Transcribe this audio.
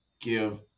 give –